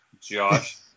Josh